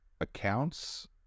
accounts